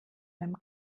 beim